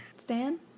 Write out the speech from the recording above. Stan